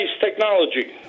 technology